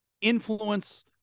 influence